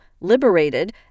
liberated